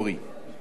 זה החוק,